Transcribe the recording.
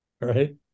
right